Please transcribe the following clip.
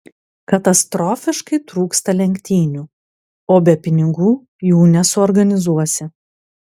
katastrofiškai trūksta lenktynių o be pinigų jų nesuorganizuosi